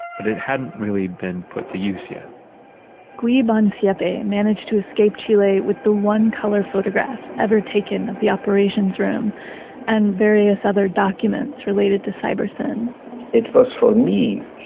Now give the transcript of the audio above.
but it hadn't really been put to use yet gui bonsiepe and managed to escape chile with the one color photograph ever taken of the operations room and various other documents related to cybersyn it was for me,